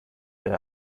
ihre